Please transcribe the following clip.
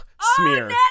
smear